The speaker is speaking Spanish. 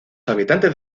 habitantes